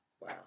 wow